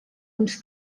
uns